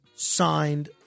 Signed